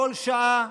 בכל שעה,